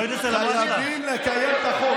חייבים לקיים את החוק.